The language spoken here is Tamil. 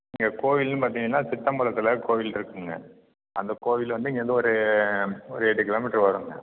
இங்க கோவிலுன்னு பார்த்திங்கன்னா சித்தம்பலத்தில் கோவிலிருக்குங்க அந்த கோவில் வந்து இங்கேயிருந்து ஒரு ஒரு எட்டு கிலோமீட்ரு வரும்ங்க